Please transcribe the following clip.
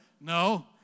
No